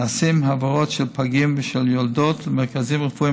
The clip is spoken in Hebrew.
נעשות העברות של פגים ושל יולדות למרכזים רפואיים